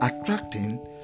attracting